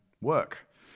work